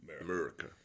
America